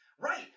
Right